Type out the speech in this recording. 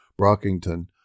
Brockington